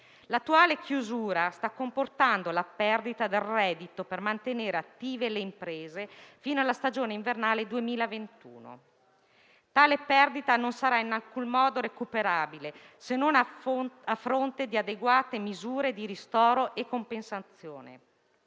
L'attuale chiusura sta comportando la perdita del reddito per mantenere attive le imprese fino alla stagione invernale 2021. Tale perdita non sarà in alcun modo recuperabile se non a fronte di adeguate misure di ristoro e compensazione.